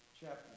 chapter